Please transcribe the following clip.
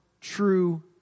true